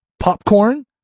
popcorn